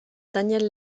daniel